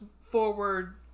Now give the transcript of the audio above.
forward